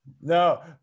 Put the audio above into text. No